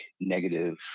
negative